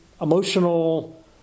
emotional